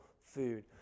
food